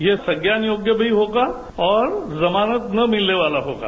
ये सज्ञान योग्य भी होगा और जमानत न मिलने वाला होगा